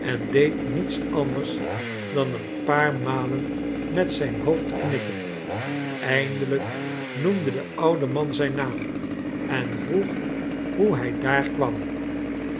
en deed niet anders dan een paar malen met zijn hoofd knikken eindelijk noemde de oude man zijn naam en vroeg hoe hij daar kwam